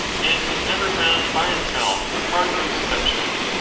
and is never found by itself apart from perception,